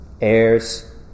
heirs